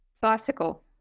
Bicycle